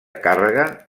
càrrega